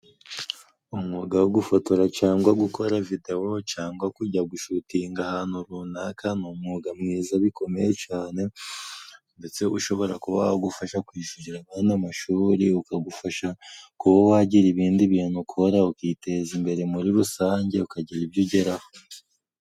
Umwuga wo gufotora, cyangwa gukora videwo, cyangwa kujya gushutinga ahantu runaka, ni umwuga mwiza bikomeye cyane, ndetse ushobora kuba wagufasha kwishyurira abana n'amashuri, ukagufasha kuba wagira ibindi bintu ukora ukiteza imbere muri rusange ukagira ibyo ugeraho.